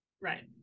Right